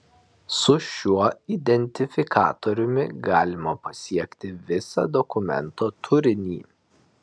su šiuo identifikatoriumi galima pasiekti visą dokumento turinį